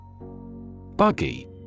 Buggy